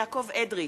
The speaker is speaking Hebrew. יעקב אדרי,